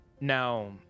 Now